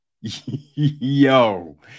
yo